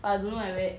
but I don't I wh~